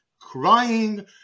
crying